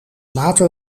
later